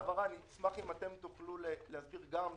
אני אשמח אם גם אתם תוכלו להכיר בזה